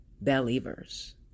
Believers